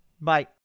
Bye